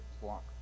walk